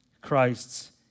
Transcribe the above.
Christ's